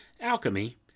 alchemy